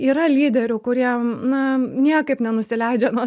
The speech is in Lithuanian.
yra lyderių kuriem na niekaip nenusileidžia nuo